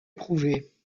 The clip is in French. prouvée